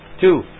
Two